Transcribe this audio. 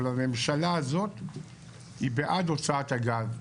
אבל הממשלה הזאת היא בעד הוצאת הגז.